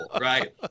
right